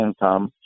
income